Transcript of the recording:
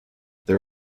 there